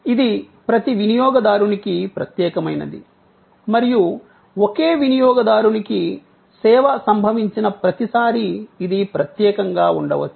ఇది ప్రతి వినియోగదారునికి ప్రత్యేకమైనది మరియు ఒకే వినియోగదారునికి సేవ సంభవించిన ప్రతిసారీ ఇది ప్రత్యేకంగా ఉండవచ్చు